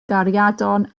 gariadon